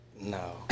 No